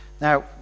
Now